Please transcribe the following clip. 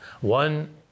one